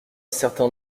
certain